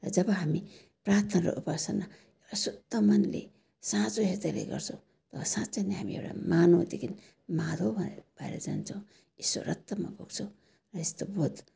र जब हामी प्रार्थना र उपासना एउटा शुद्ध मनले साँचो हृदयले गर्छौँ साँच्चै नै हामी एउटा मानवदेखिन् माधव भएर जान्छौँ ईश्वरतमा पुग्छौँ र यस्तो बोध